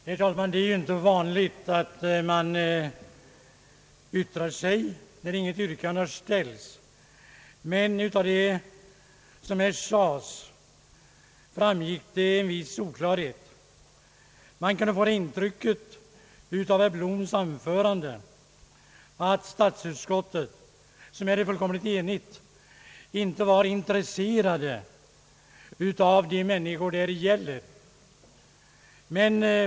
Herr talman! Det är ju inte vanligt att man yttrar sig då det inte ställts något yrkande. Jag har emellertid begärt ordet då man av herr Bloms anförande kanske kunde få det intrycket att statsutskottet, vilket här är fullständigt enigt, inte vore intresserat av de människor det här gäller.